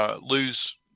lose